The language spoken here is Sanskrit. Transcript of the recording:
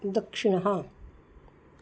दक्षिणः